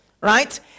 right